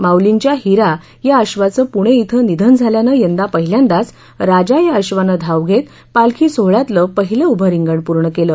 माऊलीच्या हिरा या अक्षाचं पुणे क्रिं निधन झाल्यानं यंदा पहिल्यांदाच राजा या अक्षानं धाव घेत पालखी सोहोळयातलं पहीलं उभं रिंगण पूर्ण केलं